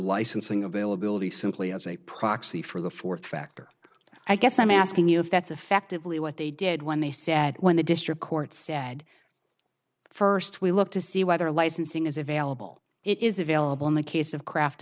licensing availability simply as a proxy for the fourth factor i guess i'm asking you if that's effectively what they did when they said when the district court said first we look to see whether licensing is available it is available in the case of craft